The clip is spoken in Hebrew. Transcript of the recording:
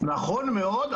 נכון מאוד,